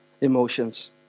emotions